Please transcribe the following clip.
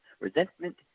Resentment